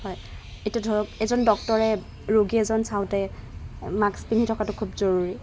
হয় এতিয়া ধৰক এজন ডক্টৰে ৰোগী এজন চাওঁতে মাস্ক পিন্ধি থকাটো খুব জৰুৰী